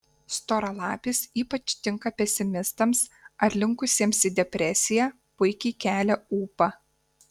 storalapis ypač tinka pesimistams ar linkusiems į depresiją puikiai kelia ūpą